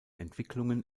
entwicklungen